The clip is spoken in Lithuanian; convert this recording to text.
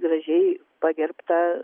gražiai pagerbtą